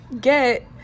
get